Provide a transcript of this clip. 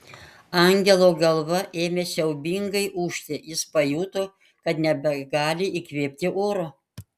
angelo galva ėmė siaubingai ūžti jis pajuto kad nebegali įkvėpti oro